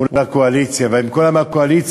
מול הקואליציה, ואם כולם מהקואליציה,